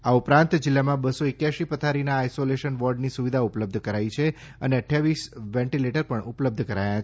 આ ઉપરાંત જિલ્લામાં બસો એક્યાસી પથારીના આઇસોલેશન વોર્ડની સુવિધા ઉપલબ્ધ કરાઇ છે અને અઠ્ઠાવીસ વેન્ટીલેટર પણ ઉપલબ્ધ કરાયા છે